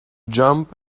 jump